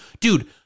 dude